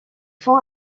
font